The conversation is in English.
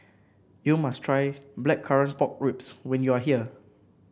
you must try Blackcurrant Pork Ribs when you are here